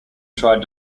tried